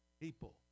people